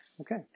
okay